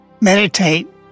Meditate